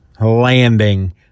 Landing